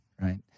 Right